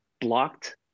blocked